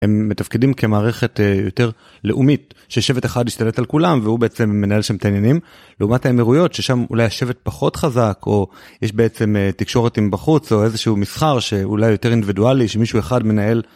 הם מתפקדים כמערכת יותר לאומית ששבט אחד ישתלט על כולם והוא בעצם מנהל שם תעניינים. לעומת האמירויות ששם אולי השבט פחות חזק או יש בעצם תקשורת עם בחוץ או איזשהו מסחר שאולי יותר אינדיבידואלי שמישהו אחד מנהל.